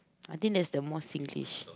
I think that's the more Singlish